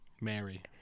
mary